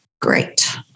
Great